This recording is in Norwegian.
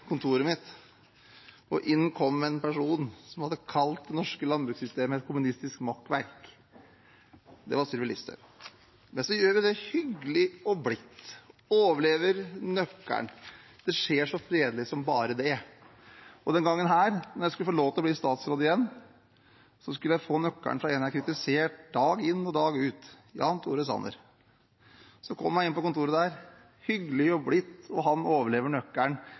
kontoret mitt, og inn kom en person som hadde kalt det norske landbrukssystemet et kommunistisk makkverk. Det var Sylvi Listhaug. Men så gjør man det hyggelig og blidt og overleverer nøkkelen – det skjer så fredelig som bare det. Denne gangen, da jeg skulle få lov til å bli statsråd igjen, skulle jeg få nøkkelen fra en jeg har kritisert dag ut og dag inn, Jan Tore Sanner. Så kom jeg inn på kontoret, det var hyggelig og blidt, og han overleverte nøkkelen